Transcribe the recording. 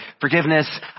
Forgiveness